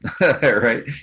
right